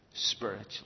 spiritually